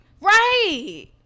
Right